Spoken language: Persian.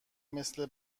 مثل